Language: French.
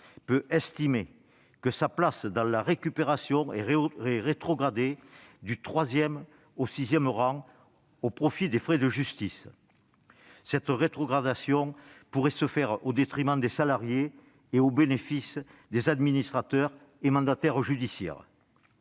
peut estimer que sa place dans la récupération est rétrogradée du troisième au sixième rang au profit des frais de justice. Cette rétrogradation pourrait se faire au détriment des salariés et au bénéfice des administrateurs et mandataires judiciaires.